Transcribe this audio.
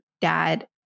dad